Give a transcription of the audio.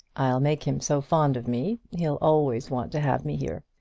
i'll make him so fond of me, he'll always want to have me here.